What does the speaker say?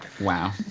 Wow